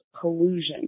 collusion